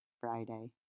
Friday